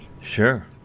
Sure